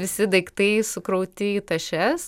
visi daiktai sukrauti į tašes